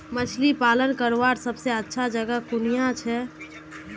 मछली पालन करवार सबसे अच्छा जगह कुनियाँ छे?